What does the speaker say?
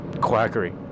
quackery